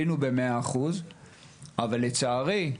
אבל לצערי,